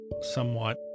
somewhat